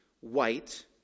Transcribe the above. white